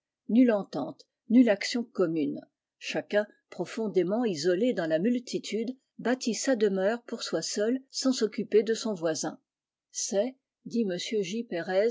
nulle entente nulle action commune chacun profondément isolé dans la multitude bâtit sa demeure pour soi seul sans s'occuper de son voisin c'est dit m j